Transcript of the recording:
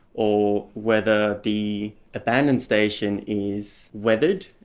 or whether the abandoned station is weathered,